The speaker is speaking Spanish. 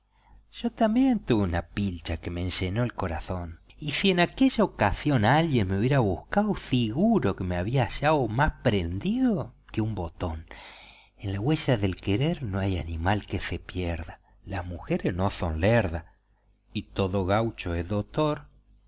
yo también tuve una pilcha que me enllenó el corazón y si en aquella ocasión alguien me hubiera buscao siguro que me había hallao más prendido que un botón en la güeya del querer no hay animal que se pierdalas mujeres no son lerdas y todo gaucho es dotor